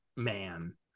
Man